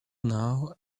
now